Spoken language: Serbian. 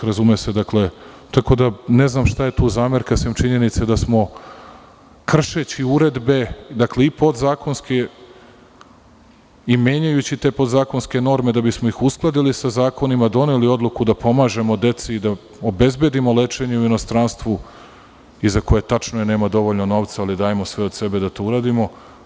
Ne znam šta je tu zamerka, sem činjenice da smo kršeći uredbe i podzakonske i menjajući te podzakonske norme da bismo ih uskladili sa zakonima, doneli odluku da pomažemo deci i da obezbedimo lečenje u inostranstvu i za koje, tačno je, nema dovoljno novca, ali dajemo sve od sebe da to uradimo.